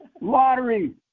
lottery